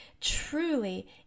truly